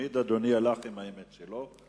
תמיד אדוני הלך עם האמת שלו.